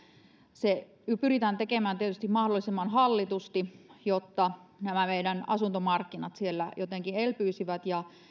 se pyritään tekemään tietysti mahdollisimman hallitusti jotta meidän asuntomarkkinamme siellä jotenkin elpyisivät ja